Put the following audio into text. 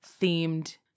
themed